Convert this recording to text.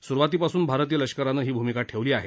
स्रुवातीपासून भारतीय लष्करानं ही भूमिका ठेवली आहे